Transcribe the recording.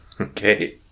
Okay